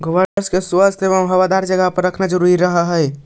गोवंश को स्वच्छ एवं हवादार जगह पर रखना जरूरी रहअ हई